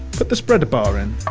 but the spreader bar in.